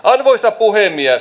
arvoisa puhemies